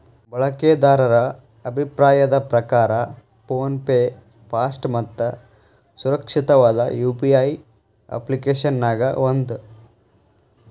ಬಳಕೆದಾರರ ಅಭಿಪ್ರಾಯದ್ ಪ್ರಕಾರ ಫೋನ್ ಪೆ ಫಾಸ್ಟ್ ಮತ್ತ ಸುರಕ್ಷಿತವಾದ ಯು.ಪಿ.ಐ ಅಪ್ಪ್ಲಿಕೆಶನ್ಯಾಗ ಒಂದ